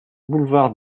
boulevard